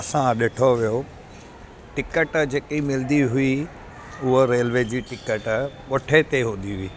असां ॾिठो हुयो टिकट जेकी मिलंदी हुई उहा रेलवे जी टिकट ॻोठे ते हूंदी हुई